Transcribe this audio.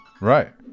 right